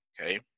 Okay